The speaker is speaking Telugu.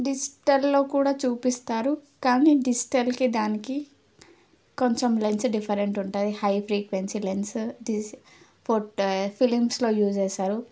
డిజిటల్లో కూడా చూపిస్తారు కానీ డిజిటల్కి దానికి కొంచెం లెన్స్ డిఫరెంట్ ఉంటుంది high frequency lens this photo ఫిలిమ్స్లో యూజ్ చేస్తారు